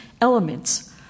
elements